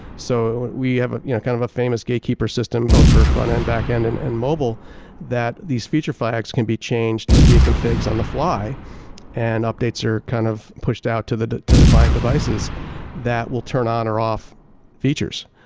so we have a you know kind of famous gatekeeper system both for front end, back end and and mobile that these future facts can be changed via configs on the fly and updates are kind of pushed out to the to the client devices that will turn on or off features,